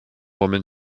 woman